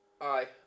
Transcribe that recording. Aye